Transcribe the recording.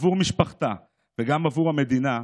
עבור משפחתה וגם עבור המדינה,